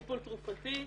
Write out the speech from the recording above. טיפול תרופתי,